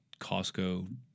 Costco